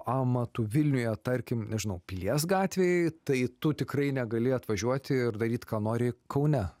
amatu vilniuje tarkim nežinau pilies gatvėj tai tu tikrai negali atvažiuoti ir daryt ką nori kaune